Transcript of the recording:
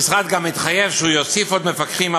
המשרד גם התחייב שהוא יוסיף עוד מפקחים.